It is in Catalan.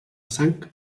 sang